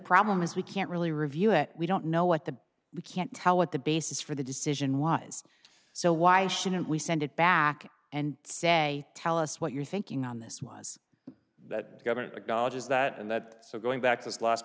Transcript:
problem is we can't really review it we don't know what the we can't tell what the basis for the decision was so why shouldn't we send it back and say tell us what your thinking on this was that the government acknowledges that and that so going back to us last